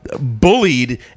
bullied